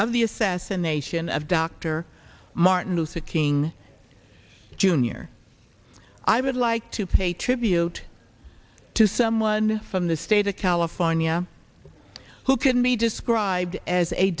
of the assassination of dr martin luther king junior i would like to pay tribute to someone from the state of california who can be described as a